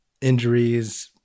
injuries